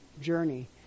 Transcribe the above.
journey